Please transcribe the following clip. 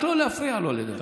רק לא להפריע לו לדבר.